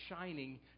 shining